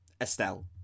Estelle